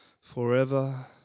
forever